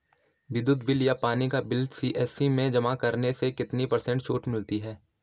विद्युत बिल या पानी का बिल सी.एस.सी में जमा करने से कितने पर्सेंट छूट मिलती है?